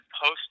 post